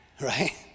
Right